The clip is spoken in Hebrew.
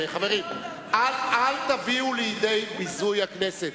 חברים, אל תביאו לידי ביזוי הכנסת.